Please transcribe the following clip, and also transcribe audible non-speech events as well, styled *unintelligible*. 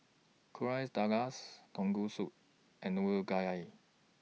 Quesadillas Tonkatsu and *unintelligible*